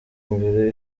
imbere